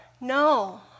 No